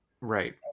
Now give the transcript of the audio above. Right